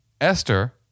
Esther